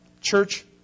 Church